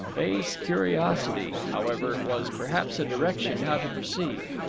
face curiosity, however, was perhaps a direction how to proceed.